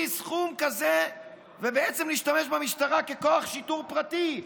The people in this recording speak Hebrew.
סכום כזה ובעצם להשתמש במשטרה ככוח שיטור פרטי.